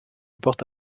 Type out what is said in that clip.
porte